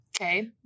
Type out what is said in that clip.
Okay